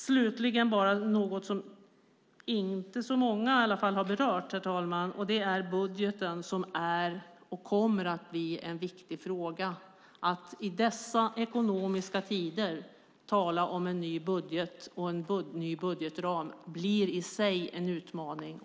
Slutligen vill jag ta upp något som inte så många har berört, herr talman, nämligen budgeten som är och kommer att bli en viktig fråga. Att i dessa tider tala om en ny budget och en ny budgetram blir i sig en utmaning.